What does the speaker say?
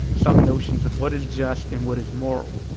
some notions of what is just and what is moral